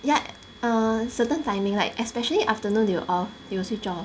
ya err certain timing like especially afternoon they will off they will switch off